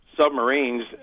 submarines